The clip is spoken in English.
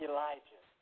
Elijah